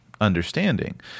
understanding